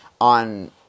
on